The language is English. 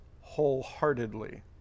wholeheartedly